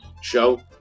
show